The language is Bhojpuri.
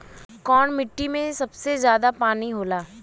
कौन मिट्टी मे सबसे ज्यादा पानी होला?